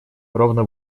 ровно